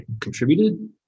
contributed